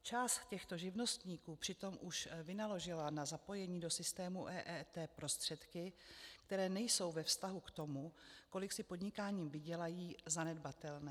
Část těchto živnostníků přitom už vynaložila na zapojení do systému EET prostředky, které nejsou ve vztahu k tomu, kolik si podnikáním vydělají, zanedbatelné.